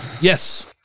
Yes